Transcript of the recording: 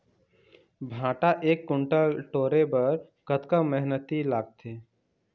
भांटा एक कुन्टल टोरे बर कतका मेहनती लागथे?